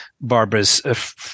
Barbara's